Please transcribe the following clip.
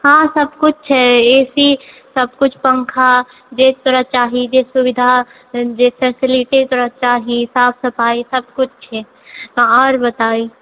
हँ सबकिछु छै ए सी सब किछु पङ्खा जेहि तोरा चाही जे सुविधा जे फेसिलिटी तोरा चाही साफ सफाई सब किछु छै आओर बताइ